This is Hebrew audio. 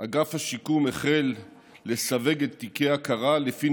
אגף השיקום החל לסווג את תיקי ההכרה לפי